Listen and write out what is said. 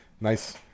nice